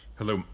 Hello